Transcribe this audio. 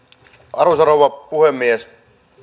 arvoisa rouva puhemies